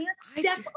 step